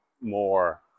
more